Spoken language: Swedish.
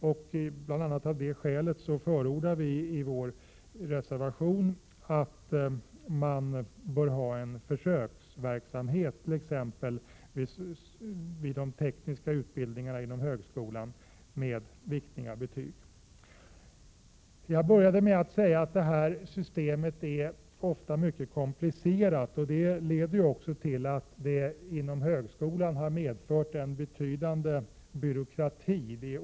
Av bl.a. detta skäl förordar vi i vår reservation att en försöksverksamhet med viktning av betyg bör genomföras vid t.ex. de tekniska utbildningarna inom högskolan. Jag inledde med att säga att detta system ofta är mycket komplicerat. Detta har också medfört en betydande byråkrati inom högskolan.